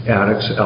addicts